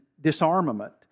disarmament